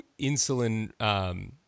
insulin